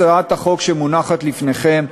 הצעת החוק שמונחת לפניכם,